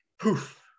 Poof